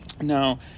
now